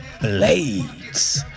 Blades